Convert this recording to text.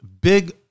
big